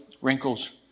wrinkles